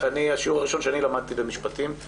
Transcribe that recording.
השיעור הראשון שאני למדתי במשפטים הוא